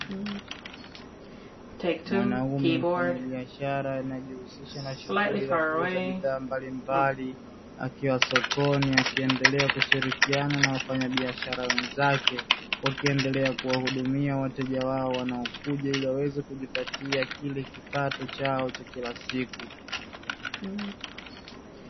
Mwanaume mfanyabiashara anayejihusisha na shughuli za kuuza bidhaa mbalimbali, akiwa sokoni akiendelea kushirikiana na wafanyabiashara wenzake, wakiendelea kuwahudumia wateja wao wanaokuja ili waweze kujipatia like kipato chao cha kila siku.